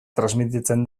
transmititzen